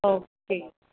okay